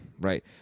Right